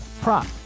prop